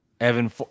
Evan